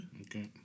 Okay